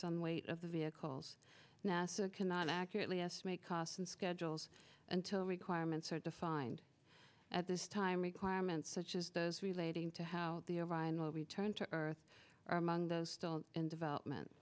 on weight of the vehicles nasa cannot accurately estimate costs and schedules until requirements are defined at this time requirements such as those relating to how the orion will return to earth are among those still in development